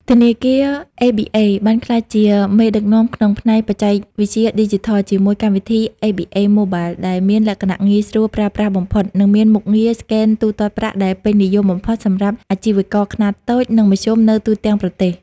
ធនាគារ អេប៊ីអេ (ABA ) បានក្លាយជាមេដឹកនាំក្នុងផ្នែកបច្ចេកវិទ្យាឌីជីថល ជាមួយកម្មវិធី ABA Mobile ដែលមានលក្ខណៈងាយស្រួលប្រើប្រាស់បំផុត និងមានមុខងារស្កែនទូទាត់ប្រាក់ដែលពេញនិយមបំផុតសម្រាប់អាជីវករខ្នាតតូច និងមធ្យមនៅទូទាំងប្រទេស។